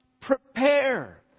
Prepare